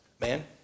Man